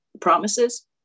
promises